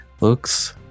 Looks